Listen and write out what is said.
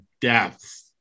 depth